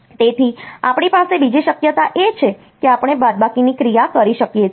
તેથી આપણી પાસે બીજી શક્યતા એ છે કે આપણે બાદબાકીની ક્રિયા કરી શકીએ છીએ